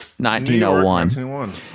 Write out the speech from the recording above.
1901